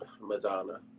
Madonna